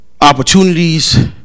Opportunities